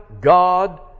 God